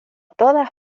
todas